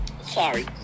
sorry